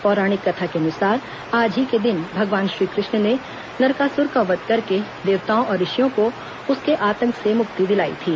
पौराणिक कथा के अनुसार आज ही के दिन भगवान श्री कृष्ण ने नरकासुर का वध करके देवताओं और ऋषियों को उसके आतंक से मुक्ति दिलाई थी